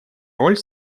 роль